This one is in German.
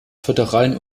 föderalen